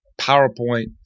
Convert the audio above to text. PowerPoint